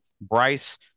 Bryce